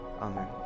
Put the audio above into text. Amen